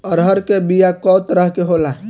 अरहर के बिया कौ तरह के होला?